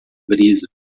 brisa